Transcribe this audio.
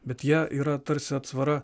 bet jie yra tarsi atsvara